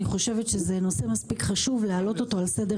אני חושבת שזה נושא מספיק חשוב להעלות אותו על סדר